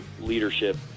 leadership